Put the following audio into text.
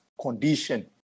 condition